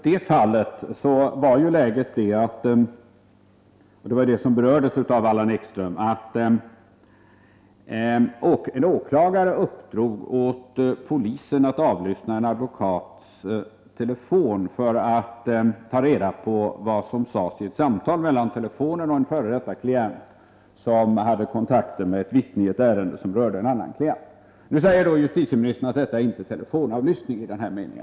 Herr talman! I det fall som berördes av Allan Ekström var läget detta att en åklagare hade uppdragit åt polisen att avlyssna en advokats telefon för att ta reda på vad som sades i ett samtal mellan advokaten och en f. d. klient, som hade kontakter med ett vittne i ett ärende som rörde en annan klient. Nu säger justitieministern att detta inte var telefonavlyssning i vanlig mening.